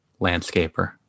landscaper